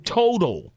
total